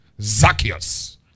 Zacchaeus